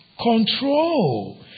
control